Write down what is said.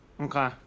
Okay